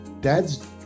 Dad's